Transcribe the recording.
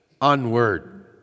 onward